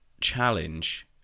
challenge